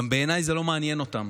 בעיניי זה גם לא מעניין אותם.